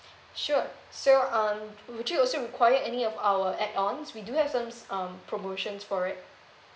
sure so um would you also require any of our add ons we do have some um promotions for it